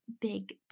big